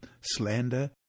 slander